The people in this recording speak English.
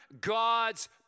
God's